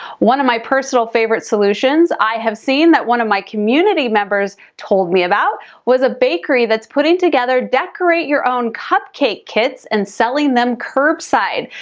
one of my personal favorite solutions i have seen that one of my community members told me about was a bakery that's putting together decorate your own cupcake kits and selling them curbside.